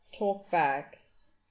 talkbacks